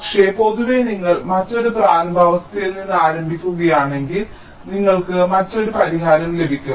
പക്ഷേ പൊതുവേ നിങ്ങൾ മറ്റൊരു പ്രാരംഭ അവസ്ഥയിൽ നിന്ന് ആരംഭിക്കുകയാണെങ്കിൽ നിങ്ങൾക്ക് ഈ മറ്റൊരു പരിഹാരം ലഭിക്കും